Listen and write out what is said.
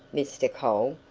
mr. cole,